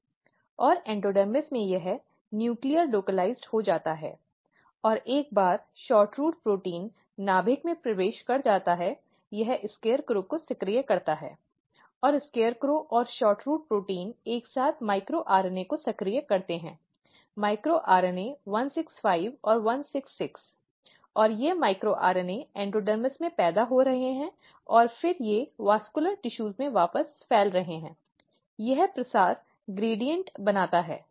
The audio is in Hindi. और एंडोडर्मिस में यह न्यूक्लियर स्थानीयकृत हो जाता है और एक बार SHORTROOT प्रोटीन नाभिक के अंदर प्रवेश कर जाता है यह SCARECROW को सक्रिय करता है और SCARECROW और SHORTROOT प्रोटीन वे एक साथ माइक्रो आरएनए को सक्रिय करते हैं माइक्रो आरएनए 165 166 और ये माइक्रो आरएनए एंडोडर्मिस में पैदा हो रहे हैं और फिर वे वेस्क्यलर टिशूज में वापस फैल रहे हैं और यह प्रसार एक ग्रेडियंट बनाता है